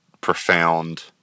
profound